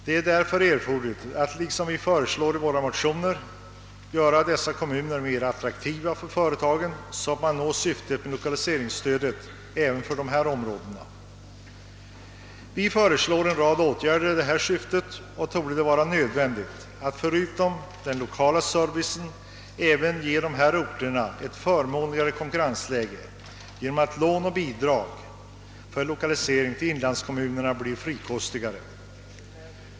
Det är därför erforderligt att, såsom vi föreslår i våra motioner, göra dessa kommuner mer attraktiva för företagen, så att man når syftet med lokaliseringsstödet även för dessa områden. Vi föreslår en rad åtgärder i detta syfte. Det torde vara nödvändigt att för utom den lokala servicen även bereda dessa orter ett förmånligare konkurrensläge genom att lån och bidrag för lokalisering till inlandskommunerna blir frikostigare.